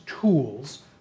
tools